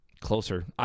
Closer